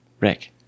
rick